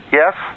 yes